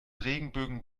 regenbögen